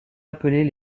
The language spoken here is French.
appelés